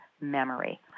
memory